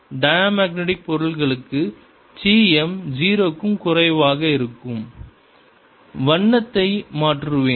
எனவே டயமக்னடிக் பொருட்களுக்கு சி m 0 க்கும் குறைவாக இருக்கும் வண்ணத்தை மாற்றுவேன்